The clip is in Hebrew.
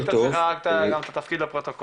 תציג את עצמך ואת התפקיד לפרוטוקול.